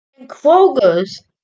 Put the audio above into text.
Kroger's